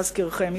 להזכירכם,